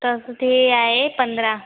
तसं ते आहे पंधरा